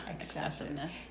Excessiveness